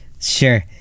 Sure